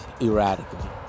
erratically